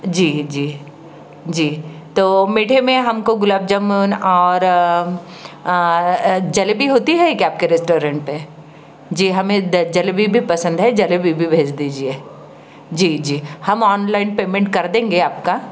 जी जी जी तो मीठे में हमको गुलाब जामुन और जलेबी होती है क्या आपके रेस्टोरेंट पे जी हमें जलेबी भी पसंद है जलेबी भी भेज दीजिए जी जी हम ऑनलाइन पेमेंट कर देंगे आपका